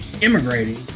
immigrating